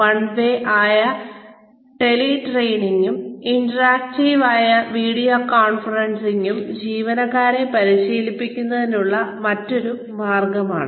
one way ആയ ടെലിട്രെയിനിംഗും interactive ആയ വീഡിയോ കോൺഫറൻസിംഗും ജീവനക്കാരെ പരിശീലിപ്പിക്കുന്നതിനുള്ള മറ്റൊരു മാർഗമാണ്